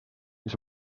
mis